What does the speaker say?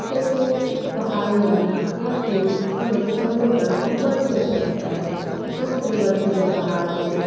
जैसे पहाड़ी इलाका या फिर हमें समुद्र तट बहुत ही अच्छा लगता है जहाँ पे बर्फ़ीले पहाड़ हों